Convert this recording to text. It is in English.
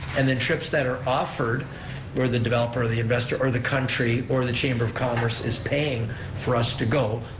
and then trips that are offered where the developer or the investor or the country or the chamber of commerce is paying for us to go,